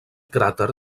cràter